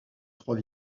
trois